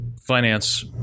finance